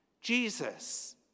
jesus